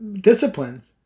disciplines